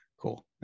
Cool